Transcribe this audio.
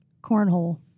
cornhole